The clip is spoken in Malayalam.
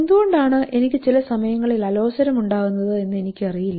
എന്തുകൊണ്ടാണ് എനിക്ക് ചില സമയങ്ങളിൽ അലോസരമുണ്ടാകുന്നത് എന്ന് എനിക്കറിയില്ല